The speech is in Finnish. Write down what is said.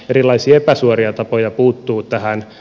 erilaisia epäsuoria tapoja puuttua tähän on